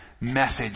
message